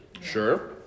Sure